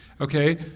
Okay